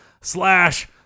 slash